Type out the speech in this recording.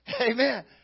Amen